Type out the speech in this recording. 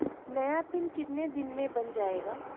नया पिन कितने दिन में बन जायेगा?